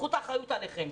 קחו את האחריות עליכם.